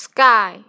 Sky